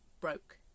broke